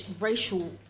racial